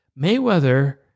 Mayweather